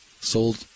sold